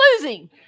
losing